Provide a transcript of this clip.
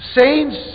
Saints